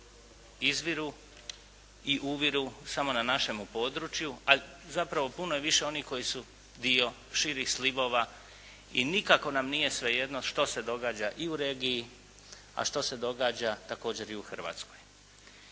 izviru i uviru samo na našem području a zapravo puno je više onih koji su dio širih slivova i nikako nam nije svejedno što se događa i u regiji a što se događa također i u Hrvatskoj.